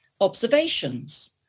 observations